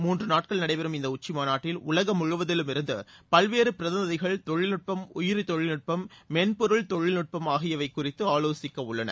மூன்று நாட்கள் நடைபெறும் இந்த உச்சிமாநாட்டில் உலகம் முழுவதிலும் இருந்து பல்வேறு பிரதிநிதிகள் தொழில்நுட்பம் உயிரி தொழில்நுட்பம் மென்பொருள் தொழில்நுட்பம் ஆகியவை குறித்து ஆலோசிக்க உள்ளனர்